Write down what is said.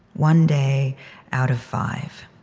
one day out of five,